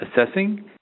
Assessing